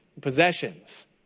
possessions